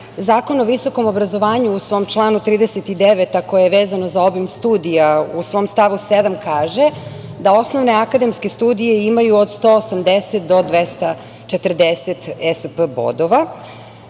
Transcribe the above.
Zakon o visokom obrazovanju, u svom članu 39. koje je vezano za obim studija, u svom stavu 7. kaže, da osnovne akademske studije imaju od 180 do 240 esp bodova.